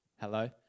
Hello